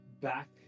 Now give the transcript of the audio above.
back